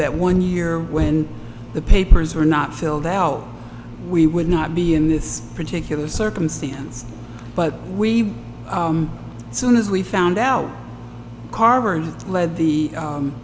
that one year when the papers were not filled out we would not be in this particular circumstance but we soon as we found out carver led the